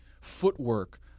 footwork